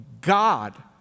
God